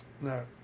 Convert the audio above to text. No